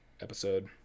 episode